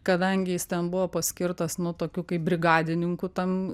kadangi jis ten buvo paskirtas nu tokiu kaip brigadininku tam